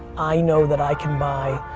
i know that i can buy